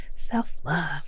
Self-love